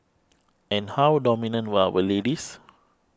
and how dominant were our ladies